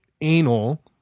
anal